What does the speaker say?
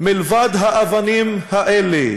מלבד האבנים האלה...